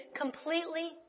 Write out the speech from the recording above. completely